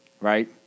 right